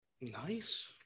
Nice